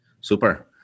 Super